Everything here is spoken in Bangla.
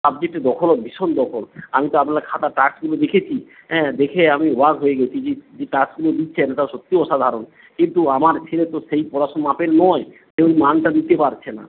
সাবজেক্টে দখল ভীষণ দখল আমি তো আপনার খাতার টাস্কগুলো দেখেছি দেখে আমি অবাক হয়ে গেছি যে যে টাস্কগুলো দিচ্ছেন ওটা সত্যি অসাধারণ কিন্তু আমার ছেলে তো সেই পড়াশোনো মাপের নয় সেই মানটা দিতে পারছে না